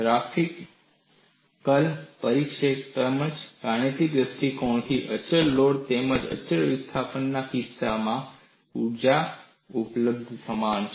graphical પરિપ્રેક્ષ્ય તેમજ ગાણિતિક દ્રષ્ટિકોણથી અચળ લોડિંગ તેમજ અચળ વિસ્થાપનના કિસ્સામાં ઊર્જા ઉપલબ્ધતા સમાન છે